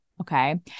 okay